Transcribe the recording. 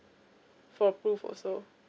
for proof also